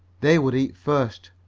they would eat first,